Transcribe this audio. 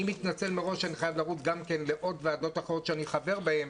אני מתנצל מראש שאני חייב לרוץ גם לעוד ועדות אחרות שאני חבר בהן,